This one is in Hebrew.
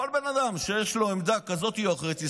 כל בן אדם שיש לו עמדה כזאת או אחרת,